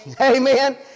Amen